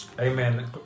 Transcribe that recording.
Amen